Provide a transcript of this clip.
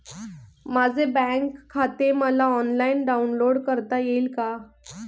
माझे बँक खाते मला ऑनलाईन डाउनलोड करता येईल का?